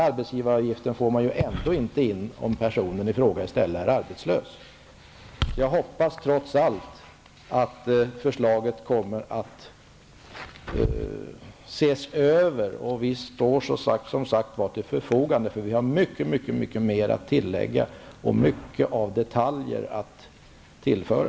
Arbetsgivaravgift får man ju ändå inte in om personen i fråga är arbetslös. Trots allt hoppas jag att förslaget kommer att ses över. Vi står som sagt till förfogande, då vi har mycket mer att tillägga och många fler detaljer att tillföra.